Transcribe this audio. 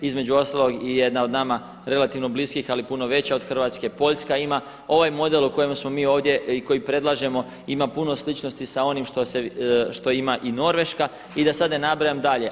Između ostalog i jedna od nama relativno bliskih ali puno veća od Hrvatske, Poljska ima ovaj model o kojem smo mi ovdje i koji predlažemo, ima puno sličnosti sa onim što se, što ima i Norveška i da sada ne nabrajam dalje.